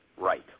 right